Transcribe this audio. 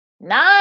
Nine